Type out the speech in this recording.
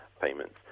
payments